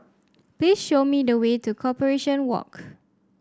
please show me the way to Corporation Walk